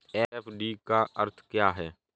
FD का अर्थ क्या है?